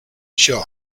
sure